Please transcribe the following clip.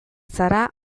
zara